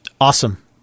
Awesome